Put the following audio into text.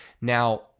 Now